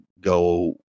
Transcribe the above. go